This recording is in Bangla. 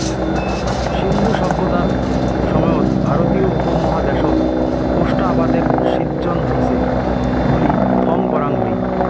সিন্ধু সভ্যতার সময়ত ভারতীয় উপমহাদ্যাশত কোষ্টা আবাদের সিজ্জন হইচে বুলি ফম করাং হই